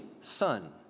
son